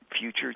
future